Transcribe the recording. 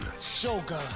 Shogun